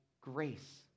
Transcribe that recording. grace